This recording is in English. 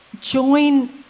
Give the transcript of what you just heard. Join